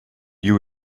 you